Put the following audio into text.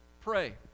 pray